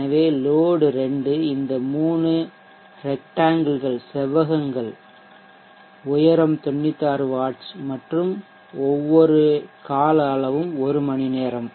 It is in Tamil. எனவே லோட் 2 இந்த 3 ரெக்ட்டாங்ல்கள் செவ்வகங்கள் உயரம் 96 வாட்ஸ் மற்றும் ஒவ்வொரு கால அளவு 1 மணிநேரம்